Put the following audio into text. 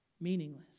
meaningless